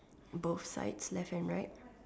both sides left and right